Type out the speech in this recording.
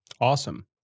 awesome